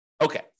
Okay